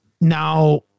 now